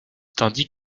tandis